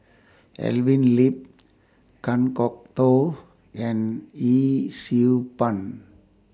Evelyn Lip Kan Kwok Toh and Yee Siew Pun